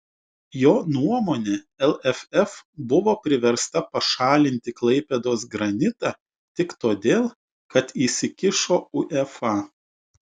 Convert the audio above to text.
jo nuomone lff buvo priversta pašalinti klaipėdos granitą tik todėl kad įsikišo uefa